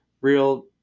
real